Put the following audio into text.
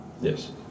yes